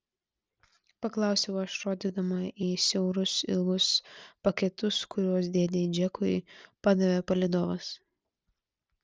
paklausiau aš rodydama į siaurus ilgus paketus kuriuos dėdei džekui padavė palydovas